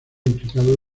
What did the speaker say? implicados